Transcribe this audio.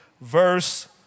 verse